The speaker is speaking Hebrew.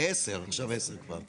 ל- 10:00, עכשיו 10:00 כבר.